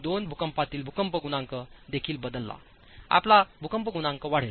2 भूकंपातील भूकंप गुणांक देखील बदलला आपला भूकंप गुणांक वाढेल